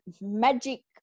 magic